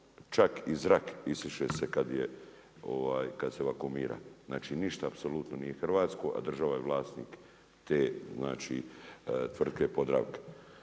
čak i zrak isiše se kada se vakumira. Znači ništa apsolutno nije hrvatsko a država je vlasnik te znači tvrtke Podravka.